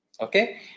Okay